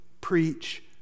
preach